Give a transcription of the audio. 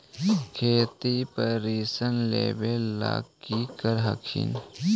खेतिया पर ऋण लेबे ला की कर हखिन?